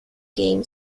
game